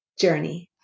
journey